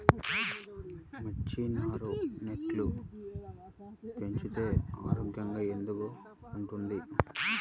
మిర్చి నారు నెట్లో పెంచితే ఆరోగ్యంగా ఎందుకు ఉంటుంది?